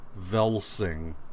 Velsing